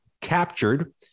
captured